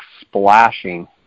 splashing